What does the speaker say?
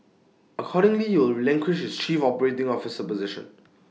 accordingly he will relinquish his chief operating officer position